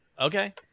Okay